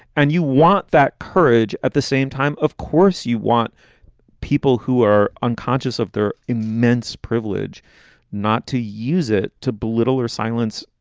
and you want that courage at the same time. of course, you want people who are unconscious of their immense privilege not to use it to belittle or silence,